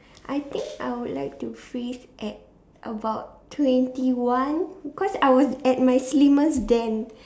I think I would like to freeze at about twenty one because I was at my slimmest then